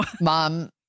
mom